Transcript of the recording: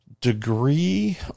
degree